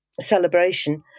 celebration